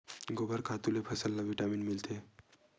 गोबर खातु ले फसल ल का विटामिन मिलथे का?